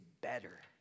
better